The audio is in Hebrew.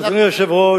אדוני היושב-ראש,